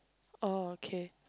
oh okay